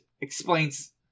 explains